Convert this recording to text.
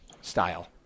style